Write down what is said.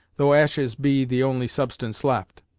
though ashes be the only substance left.